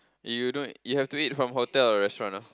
you don't you have to eat from hotel or restaurant ah